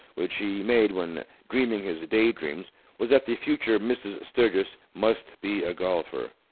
which he made when dreaming his daydreams was that the future mrs. sturgis must be a golfer.